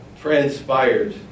transpired